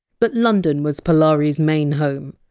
but london was polari! s main home.